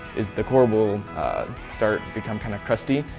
is the core will start become kind of crusty,